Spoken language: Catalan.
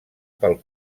pel